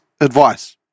advice